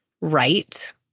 right